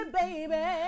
baby